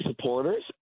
supporters